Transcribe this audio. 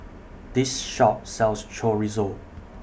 This Shop sells Chorizo